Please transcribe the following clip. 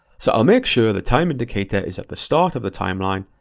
so i'll make sure the time indicator is at the start of the timeline,